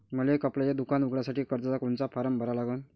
मले कपड्याच दुकान उघडासाठी कर्जाचा कोनचा फारम भरा लागन?